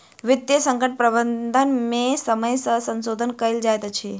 वित्तीय संकट प्रबंधन में समय सॅ संशोधन कयल जाइत अछि